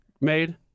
made